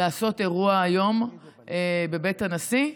לעשות אירוע היום בבית הנשיא.